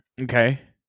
okay